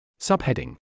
Subheading